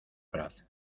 prat